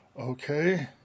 Okay